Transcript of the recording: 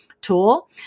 tool